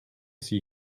see